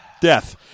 death